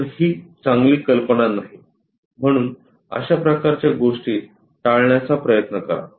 तर ही चांगली कल्पना नाही म्हणून अशा प्रकारच्या गोष्टी टाळण्याचा प्रयत्न करा